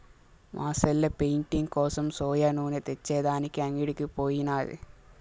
మా సెల్లె పెయింటింగ్ కోసం సోయా నూనె తెచ్చే దానికి అంగడికి పోయినాది